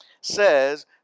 says